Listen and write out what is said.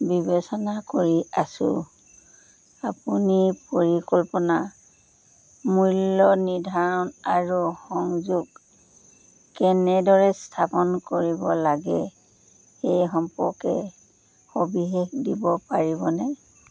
বিবেচনা কৰি আছোঁ আপুনি পৰিকল্পনা মূল্য নিৰ্ধাৰণ আৰু সংযোগ কেনেদৰে স্থাপন কৰিব লাগে সেই সম্পৰ্কে সবিশেষ দিব পাৰিবনে